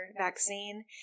vaccine